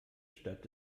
stadt